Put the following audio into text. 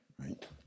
right